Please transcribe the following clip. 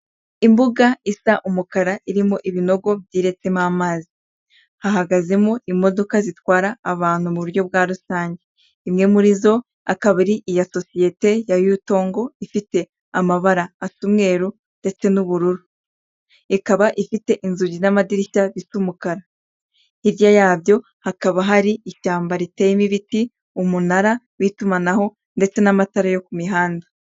Imbuga isa umukara irimo ibinogo byiretsema amazi hahagazemo imodoka zitwara abantu mu buryo bwa rusange imwe muri zo akaba ariya sosiyete ya Yutongo ifite amabara tw'umweru ndetse n'ubururu ikaba ifite inzugi n'amadirishya bifite umukara hirya yabyo hakaba hari ishyamba riteyemo ibiti umunara w'itumanaho ndetse n'amatara yo ku mihanda.